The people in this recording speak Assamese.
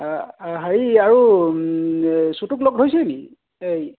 হেৰি আৰু চুটোক লগ ধৰিছিলিনি এই